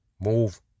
Move